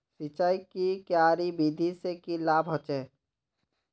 सिंचाईर की क्यारी विधि से की लाभ होचे?